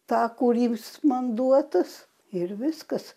tą kuris man duotas ir viskas